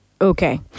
Okay